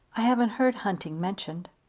i haven't heard hunting mentioned.